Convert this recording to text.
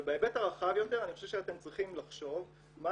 אבל בהיבט הרחב יותר אני חושב שאתם צריכים לחשוב מה